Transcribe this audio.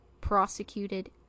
prosecuted